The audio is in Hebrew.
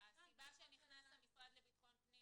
--- הסיבה שנכנס המשרד לביטחון הפנים